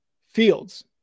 fields